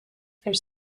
there